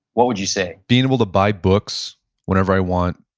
what would you say? being able to buy books whenever i want,